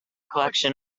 collection